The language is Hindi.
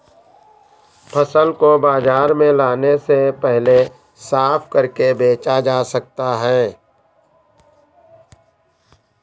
फसल को बाजार में लाने से पहले साफ करके बेचा जा सकता है?